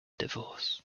divorce